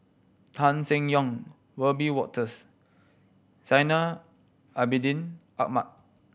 Tan Seng Yong Wiebe Wolters Zainal Abidin Ahmad